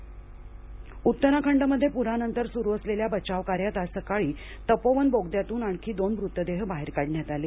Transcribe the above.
उत्तराखंड बचाव कार्य उत्तराखंडमध्ये पुरानंतर सुरू असलेल्या बचावकार्यात आज सकाळी तपोवन बोगद्यातून आणखी दोन मृतदेह बाहेर काढण्यात आले